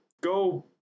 go